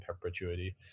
perpetuity